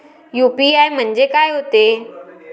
UPI म्हणजे का होते?